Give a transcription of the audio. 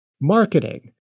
marketing